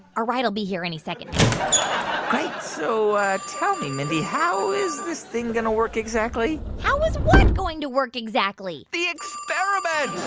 our ride will be here any second yeah so tell me, mindy, how is this thing going to work, exactly? how is what going to work, exactly? the experiment oh,